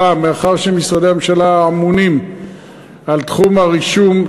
ברם, מאחר שמשרדי הממשלה הממונים על תחום הרישום,